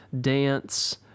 dance